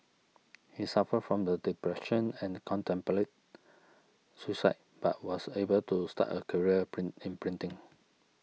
he suffered from the depression and contemplated suicide but was able to start a career in printing